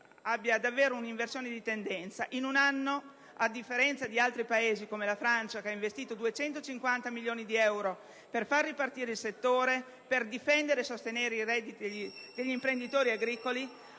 avvii davvero un'inversione di tendenza. In un anno, a differenza di altri Paesi come la Francia (che ha investito 250 milioni di euro per far ripartire il settore, per difendere e sostenere i redditi degli imprenditori agricoli),